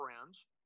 Friends